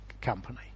company